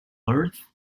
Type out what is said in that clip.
earth